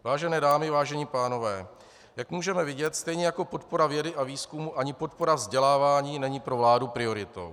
Vážené dámy, vážení pánové, jak můžeme vidět, stejně jako podpora vědy a výzkumu, ani podpora vzdělávání není pro vládu prioritou.